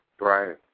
Right